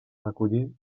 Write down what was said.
recollir